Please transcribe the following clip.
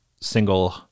single